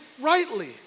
rightly